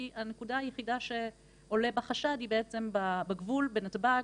כי הנקודה היחידה שעולה בה חשד היא בעצם בגבול בנתב"ג,